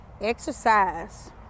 Exercise